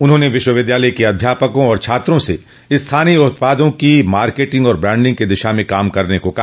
उन्होंने विश्वविद्यालय के अध्यापकों और छात्रों से स्थानीय उत्पादों की माकेंटिंग और ब्रांडिंग की दिशा में कार्य करने के लिये कहा